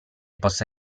possa